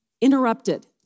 interrupted